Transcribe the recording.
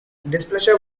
displeasure